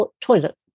toilet